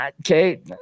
Okay